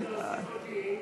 אני מבקש להוסיף אותי,